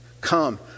Come